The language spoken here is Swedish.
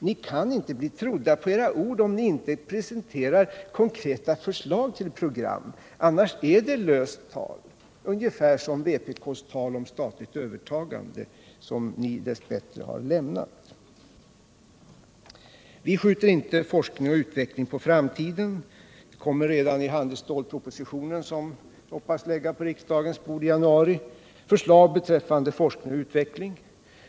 Ni kan inte bli trodda på era ord om ni inte presenterar konkreta förslag till program. Annars är det bara löst tal, ungefär som vpk:s tal om statligt övertagande av företagen, som ni dess bättre har lämnat. Vi skjuter inte forskning och utveckling på framtiden, utan det kommer redan i handelsstålspropositionen, som jag skall lägga på riksdagens bord i januari, att finnas förslag utarbetat angående forskning och utveckling.